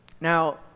Now